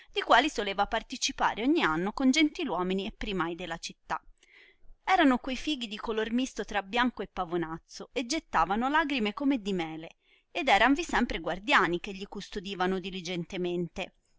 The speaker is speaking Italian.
di quali soleva participare ogni anno con gentil uomini e primai della città erano quei fighi di color misto tra bianco e pavonazzo e gettavano lagrime come di mele ed eranvi sempre guardiani che gli custodivano diligentemente